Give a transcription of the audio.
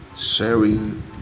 sharing